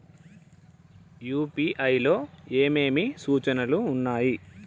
UPI లో ఏమేమి సూచనలు ఉన్నాయి?